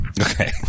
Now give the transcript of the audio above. Okay